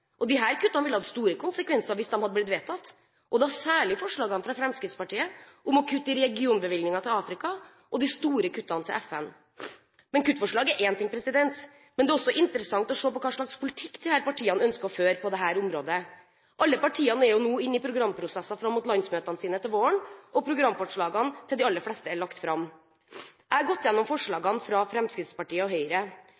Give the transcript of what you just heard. kuttene ville hatt store konsekvenser hvis de hadde blitt vedtatt, særlig forslagene fra Fremskrittspartiet om å kutte i regionbevilgningen til Afrika og de store kuttene i bevilgningene til FN. Men kuttforslag er én ting – det er også interessant å se på hva slags politikk disse partiene ønsker å føre på dette området. Alle partiene er nå inne i programprosesser fram mot landsmøtene sine til våren, og programforslagene til de aller fleste er lagt fram. Jeg har gått gjennom